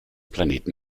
planeten